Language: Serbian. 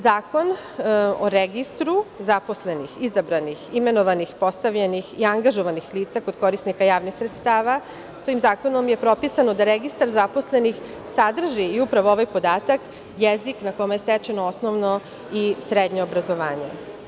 Zakon o registru zaposlenih, izabranih, imenovanih, postavljenih i angažovanih lica kod korisnika javnih sredstava, tim zakonom je propisano da registar zaposlenih sadrži i upravo ovaj podatak, jezik na kome je stečeno osnovno i srednje obrazovanje.